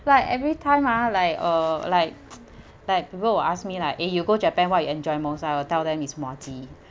like every time ah like uh like like people will ask me like eh you go japan what you enjoy most I will tell them is muah chee